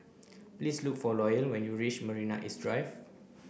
please look for Loyal when you reach Marina East Drive